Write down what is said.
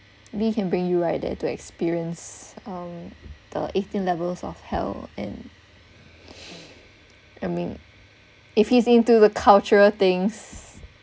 maybe can bring you right there to experience the eighteen levels of hell and I mean if he's into the cultural things